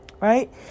right